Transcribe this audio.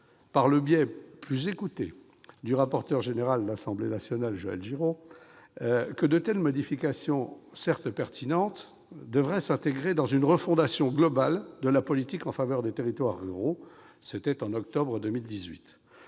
par le biais du rapporteur général de l'Assemblée nationale, Joël Giraud, plus écouté, que de telles modifications, certes pertinentes, devraient s'intégrer dans une refondation globale de la politique en faveur des territoires ruraux : c'était en octobre 2018